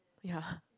ya